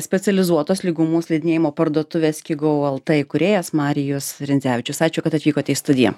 specializuotos lygumų slidinėjimo parduotuvės skigou lt įkūrėjas marijus rindzevičius ačiū kad atvykote į studiją